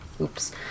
oops